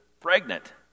pregnant